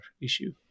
issue